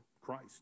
Christ